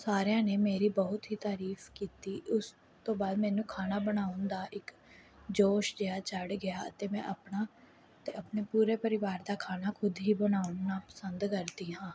ਸਾਰਿਆਂ ਨੇ ਮੇਰੀ ਬਹੁਤ ਹੀ ਤਾਰੀਫ ਕੀਤੀ ਉਸ ਤੋਂ ਬਾਅਦ ਮੈਨੂੰ ਖਾਣਾ ਬਣਾਉਣ ਦਾ ਇੱਕ ਜੋਸ਼ ਜਿਹਾ ਚੜ੍ਹ ਗਿਆ ਅਤੇ ਮੈਂ ਆਪਣਾ ਅਤੇ ਆਪਣੇ ਪੂਰੇ ਪਰਿਵਾਰ ਦਾ ਖਾਣਾ ਖੁਦ ਹੀ ਬਣਾਉਣਾ ਪਸੰਦ ਕਰਦੀ ਹਾਂ